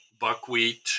buckwheat